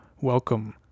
welcome